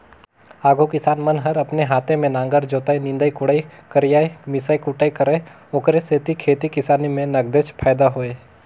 आघु किसान मन हर अपने हाते में नांगर जोतय, निंदई कोड़ई करयए मिसई कुटई करय ओखरे सेती खेती किसानी में नगदेच फायदा होय